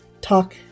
talk